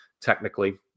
technically